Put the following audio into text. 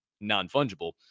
non-fungible